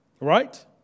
Right